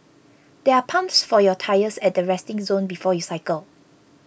there are pumps for your tyres at the resting zone before you cycle